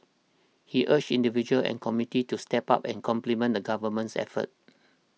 he urged individuals and the community to step up and complement the Government's efforts